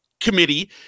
committee